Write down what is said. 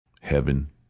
Heaven